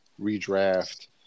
redraft